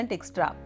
Extra